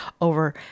over